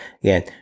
again